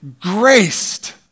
graced